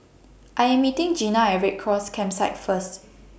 I Am meeting Gina At Red Cross Campsite First